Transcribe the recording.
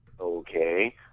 okay